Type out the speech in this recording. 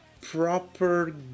proper